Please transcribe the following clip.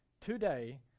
today